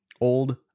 Old